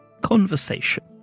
conversation